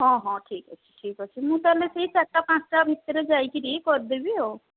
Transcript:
ହଁ ହଁ ଠିକ୍ ଅଛି ଠିକ୍ ଅଛି ମୁଁ ତା'ହେଲେ ସେହି ଚାରିଟା ପାଞ୍ଚଟା ଭିତରେ ଯାଇକିରି କରିଦେବି ଆଉ